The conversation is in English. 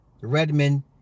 redman